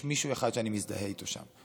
יש מישהו אחד שאני מזדהה איתו שם,